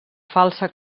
falsa